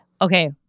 Okay